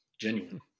genuine